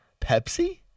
Pepsi